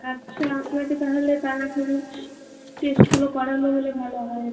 আচ্ছা আপনাকে তাহালে তাড়াতাড়ি টেস্টগুলো করালো হলে ভালো হয়